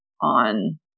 on